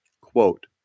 Quote